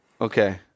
Okay